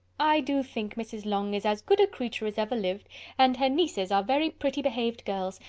i do think mrs. long is as good a creature as ever lived and her nieces are very pretty behaved girls,